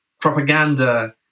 propaganda